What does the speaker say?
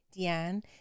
Deanne